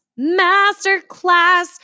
masterclass